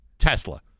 Tesla